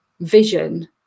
vision